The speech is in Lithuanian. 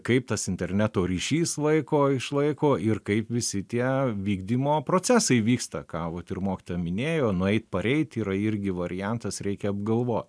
kaip tas interneto ryšys vaiko išlaiko ir kaip visi tie vykdymo procesai vyksta ką vat ir mokytoja minėjo nueit pareit yra irgi variantas reikia apgalvot